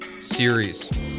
Series